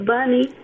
Bunny